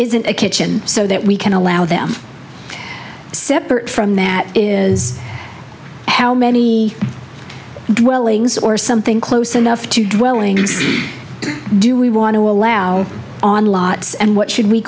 isn't a kitchen so that we can allow them to separate from that is how many dwellings or something close enough to dwell in and do we want to allow on lots and what should we